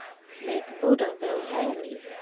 make buddha ve'y angly,